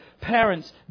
Parents